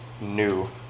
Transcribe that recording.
new